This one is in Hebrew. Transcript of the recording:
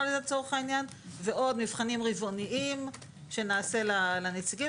ועוד מבחנים רבעוניים שנעשה לנציגים.